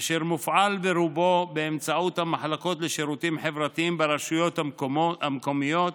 אשר מופעל ברובו באמצעות המחלקות לשירותים חברתיים ברשויות המקומיות,